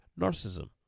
narcissism